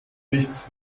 nichts